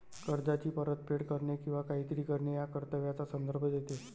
कर्जाची परतफेड करणे किंवा काहीतरी करणे या कर्तव्याचा संदर्भ देते